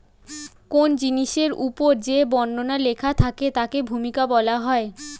কোন জিনিসের উপর যে বর্ণনা লেখা থাকে তাকে ভূমিকা বলা হয়